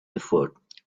effort